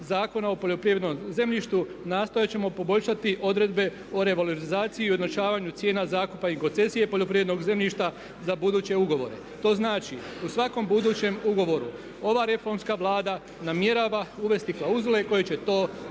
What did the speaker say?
Zakona o poljoprivrednom zemljištu nastojat ćemo poboljšati odredbe o revalorizaciji i ujednačavanju cijena zakupa i koncesije poljoprivrednog zemljišta za buduće ugovore. To znači u svakom budućem ugovoru ova reformska Vlada namjerava uvesti klauzule koje će to regulirati.